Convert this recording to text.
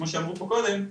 כמו שאמרו פה קודם,